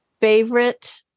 Favorite